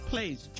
Please